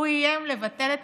הוא איים לבטל את